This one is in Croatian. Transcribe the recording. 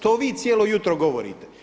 To vi cijelo jutro govorite.